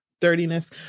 dirtiness